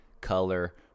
color